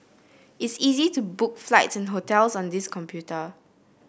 it is easy to book flights and hotels on this computer